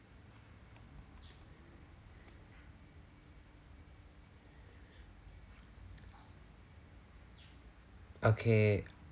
okay